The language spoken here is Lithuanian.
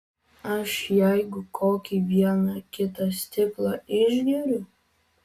aš jeigu kokį vieną kitą stiklą išgeriu